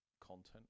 content